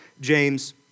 James